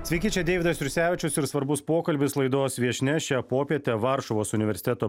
sveiki čia deividas jursevičius ir svarbus pokalbis laidos viešnia šią popietę varšuvos universiteto